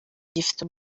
gifite